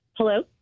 Hello